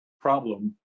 problem